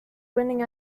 winning